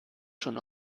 schon